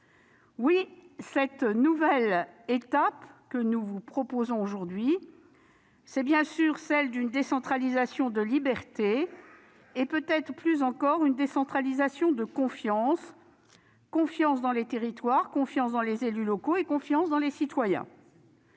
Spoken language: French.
». Cette nouvelle étape que nous vous proposons aujourd'hui, c'est bien celle d'une décentralisation de liberté et, peut-être plus encore, une décentralisation de confiance : confiance dans les territoires, confiance dans les élus locaux et confiance dans les citoyens.